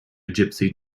gypsy